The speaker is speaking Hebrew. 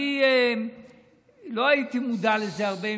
אני לא הייתי מודע לזה הרבה,